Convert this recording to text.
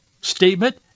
statement